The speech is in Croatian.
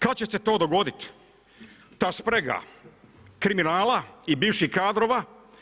Kada će se to dogoditi, ta sprega kriminala i bivših kadrova.